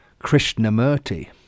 Krishnamurti